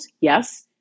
Yes